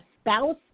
spouse